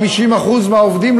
של 50% מהעובדים,